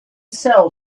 sell